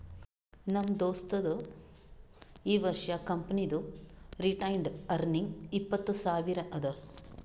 ನಮ್ ದೋಸ್ತದು ಈ ವರ್ಷ ಕಂಪನಿದು ರಿಟೈನ್ಡ್ ಅರ್ನಿಂಗ್ ಇಪ್ಪತ್ತು ಸಾವಿರ ಅದಾ